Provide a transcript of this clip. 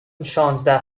شانزده